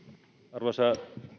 arvoisa